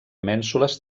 mènsules